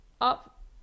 Up